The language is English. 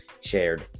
shared